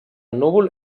núvol